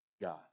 God